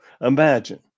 Imagine